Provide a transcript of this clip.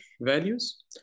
values